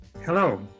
Hello